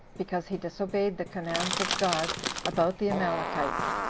because he disobeyed the commands of god about the amalekites,